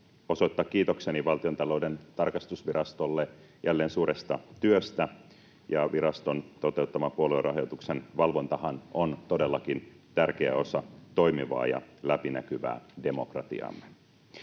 osoittaa kiitokseni Valtiontalouden tarkastusvirastolle jälleen suuresta työstä. Viraston toteuttama puoluerahoituksen valvontahan on todellakin tärkeä osa toimivaa ja läpinäkyvää demokratiaamme.